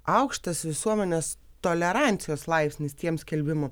aukštas visuomenės tolerancijos laipsnis tiems skelbimų